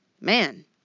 man